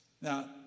Now